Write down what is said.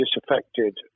disaffected